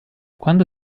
quando